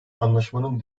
anlaşmanın